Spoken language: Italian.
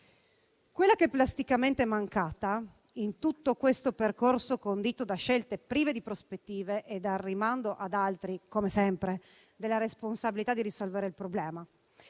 quella che plasticamente è mancata in tutto questo percorso condito da scelte prive di prospettive e dal rimando ad altri, come sempre, della responsabilità di risolvere il problema.